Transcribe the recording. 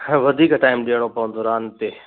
वधीक टाईम ॾियणो पवंदो रांदि ते